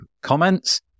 comments